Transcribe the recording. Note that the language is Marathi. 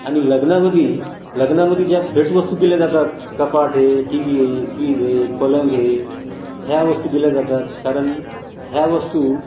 आणि लग्नामध्ये लग्नामध्ये ज्या भेटवस्तू दिल्या जातात कपाट आहे टी व्ही ए फ्रीज आहे पलंग आहे ह्या वस्तू दिल्या जातात कारण ह्या वस्तू